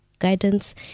guidance